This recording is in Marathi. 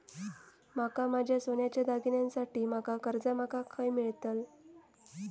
माका माझ्या सोन्याच्या दागिन्यांसाठी माका कर्जा माका खय मेळतल?